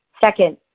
Second